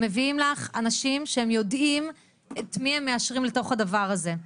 הם מביאים לך אנשים שהם יודעים את מי הם מאשרים אל תוך הדבר הזה.